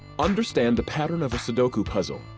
understand the pattern of a sudoku puzzle.